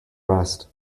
rest